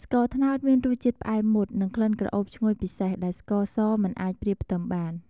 ស្ករត្នោតមានរសជាតិផ្អែមមុត និងក្លិនក្រអូបឈ្ងុយពិសេស ដែលស្ករសមិនអាចប្រៀបផ្ទឹមបាន។